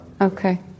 Okay